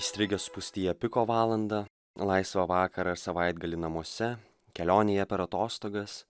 strigę spūstyje piko valandą laisvą vakarą savaitgalį namuose kelionėje per atostogas